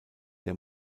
der